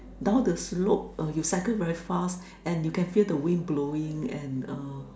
down the slope uh you cycle very fast and you can feel the wind blowing and uh